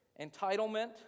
entitlement